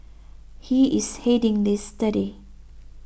he is heading this study